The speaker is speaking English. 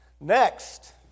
Next